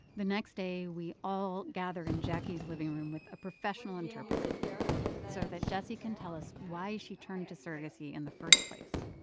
the next day, we all gather in jacquie's living room with a professional interpreter yeah so that jessie can tell us why she turned to surrogacy in the first place.